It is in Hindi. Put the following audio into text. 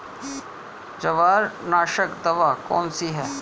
जवार नाशक दवा कौन सी है?